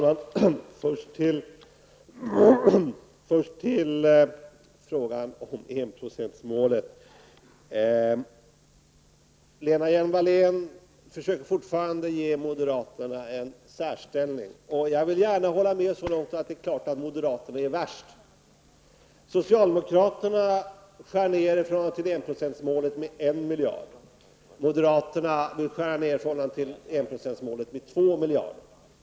Herr talman! Först till frågan om enprocentsmålet. Lena Hjelm-Wallén försöker fortfarande ge moderaterna en särställning. Jag håller gärna med så långt att det är klart att moderaterna är värst. Socialdemokraterna skär ned med 1 miljard i förhållande till enprocentsmålet. Moderaterna vill skära ned med 2 miljarder i förhållande till enprocentsmålet.